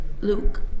luke